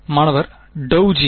மாணவர் டொவ் G